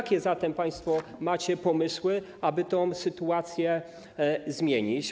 Jakie państwo macie pomysły, aby tę sytuację zmienić?